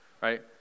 right